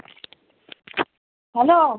hello